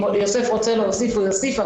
אם יוסף פולסקי רוצה להוסיף הוא יוסיף.